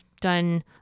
done